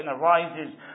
arises